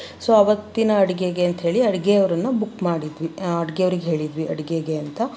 so ಅವತ್ತಿನ ಅಡುಗೆಗೆ ಅಂತ್ಹೇಳಿ ಅಡುಗೆ ಅವರನ್ನ ಬುಕ್ ಮಾಡಿದ್ವಿ ಅಡುಗೆ ಅವರಿಗೆ ಹೇಳಿದ್ವಿ ಅಡುಗೆಗೆ ಅಂತ